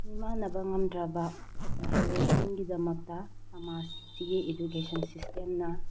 ꯃꯤꯃꯥꯟꯅꯕ ꯉꯝꯗ꯭ꯔꯕ ꯃꯍꯩꯔꯣꯏ ꯁꯤꯡꯒꯤꯗꯃꯛꯇ ꯁꯃꯥꯖꯁꯤꯒꯤ ꯏꯗꯨꯀꯦꯁꯟ ꯁꯤꯁꯇꯦꯝꯅ